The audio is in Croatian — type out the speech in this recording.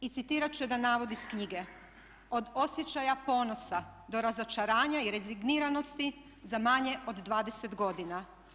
I citirati ću jedan navod iz knjige: "Od osjećaja ponosa do razočaranja i rezigniranosti za manje od 20 godina.